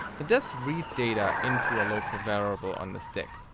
it does read data into a local variable on the stack.